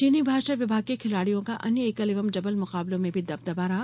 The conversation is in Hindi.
चीनी भाषा विभाग के खिलाड़ियों का अन्य एकल एवं डबल मुकाबलों में भी दबदबा रहा